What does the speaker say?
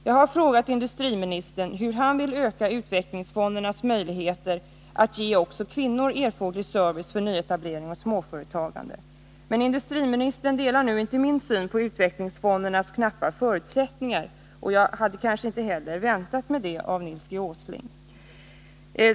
Jag har frågat industriministern hur han vill öka utvecklingsfondernas möjligheter att ge också kvinnor erforderlig service för nyetablering och småföretagande. Men industriministern delar nu inte min syn på utvecklingsfondernas knappa förutsättningar, och jag hade kanske inte heller väntat mig det av Nils Åsling.